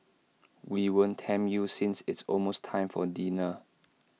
we won't tempt you since it's almost time for dinner